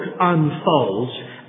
unfolds